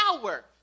power